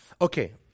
Okay